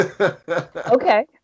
Okay